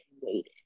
waited